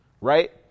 Right